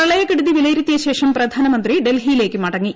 പ്രളയക്കെടുതി വിലയിരുത്തിയ ശേഷം പ്രധാനമന്ത്രി ഡൽഹിയിലേക്ക് മടങ്ങി